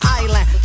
island